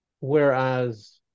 Whereas